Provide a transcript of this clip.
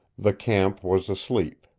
the camp was asleep.